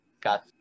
got